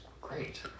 great